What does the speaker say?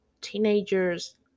teenagers